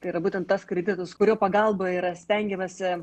tai yra būtent tas kreditas kurio pagalba yra stengiamasi